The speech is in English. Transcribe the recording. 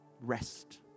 rest